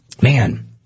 Man